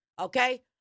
Okay